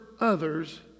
others